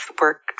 work